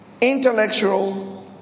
intellectual